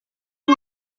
b’u